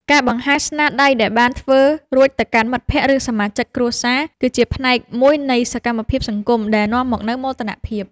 ការបង្ហាញស្នាដៃដែលបានធ្វើរួចទៅកាន់មិត្តភក្តិ ឬសមាជិកគ្រួសារ ក៏ជាផ្នែកមួយនៃសកម្មភាពសង្គមដែលនាំមកនូវមោទនភាព។